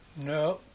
No